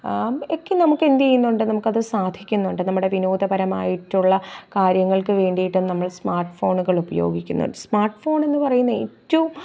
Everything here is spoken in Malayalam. ഒക്കെ നമുക്കെന്ത് ചെയ്യുന്നുണ്ട് നമുക്കത് സാധിക്കുന്നുണ്ട് നമ്മുടെ വിനോദപരമായിട്ടുള്ള കാര്യങ്ങൾക്ക് വേണ്ടിയിട്ടും നമ്മള് സ്മാർട്ട് ഫോണുകളുപയോഗിക്കുന്നത് സ്മാർട്ട് ഫോണെന്ന് പറയുന്ന ഏറ്റവും